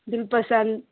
Dil Pasand